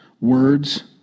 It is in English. words